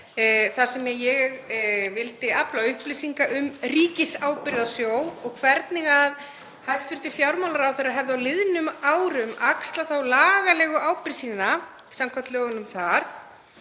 þar sem ég vildi afla upplýsinga um Ríkisábyrgðasjóð og hvernig hæstv. fjármálaráðherra hefði á liðnum árum axlað þá lagalegu ábyrgð sína, samkvæmt lögunum þar,